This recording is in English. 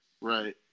right